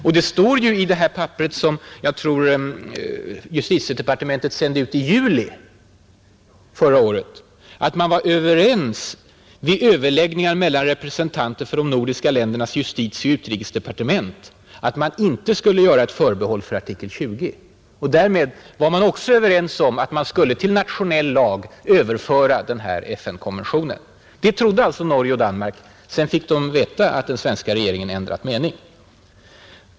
Och det står ju i det papper som justitiedepartementet sände ut, jag tror det var i juli förra året, att man vid överläggningar mellan representanter för de nordiska ländernas justitieoch utrikesdepartement var överens om att inte göra förbehåll för artikel 20. Därmed var man också överens om att man skulle till nationell lag överföra denna FN-konvention, Det trodde alltså Norge och Danmark. Sedan fick de veta att den svenska regeringen ändrat mening.